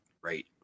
great